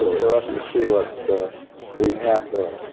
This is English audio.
for us to see what we had there,